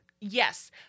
Yes